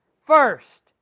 First